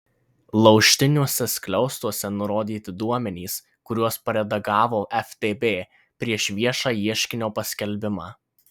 laužtiniuose skliaustuose nurodyti duomenys kuriuos paredagavo ftb prieš viešą ieškinio paskelbimą